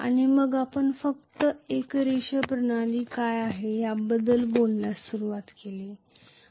आणि मग आपण फक्त एक रेषीय प्रणाली काय आहे याबद्दल बोलण्यास सुरवात केली